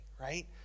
right